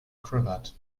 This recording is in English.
cravat